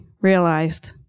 realized